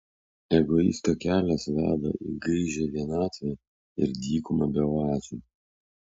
egoisto kelias veda į gaižią vienatvę ir dykumą be oazių